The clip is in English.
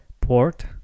port